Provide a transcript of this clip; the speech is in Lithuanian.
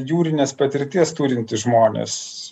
jūrinės patirties turintys žmonės